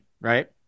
right